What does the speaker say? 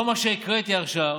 כל מה שהקראתי עכשיו